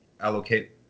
allocate